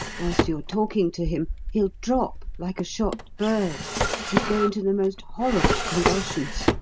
whilst you're talking to him, he'll drop like a shot bird and go into the most horrible convulsions.